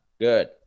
good